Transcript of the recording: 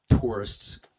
tourists